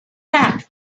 back